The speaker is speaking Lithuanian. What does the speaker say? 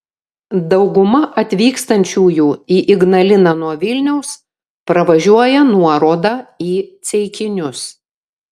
dauguma atvykstančiųjų į ignaliną nuo vilniaus pravažiuoja nuorodą į ceikinius